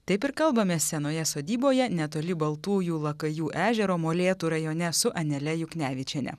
taip ir kalbamės senoje sodyboje netoli baltųjų lakajų ežero molėtų rajone su anele juknevičiene